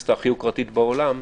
באוניברסיטה הכי יוקרתית בעולם,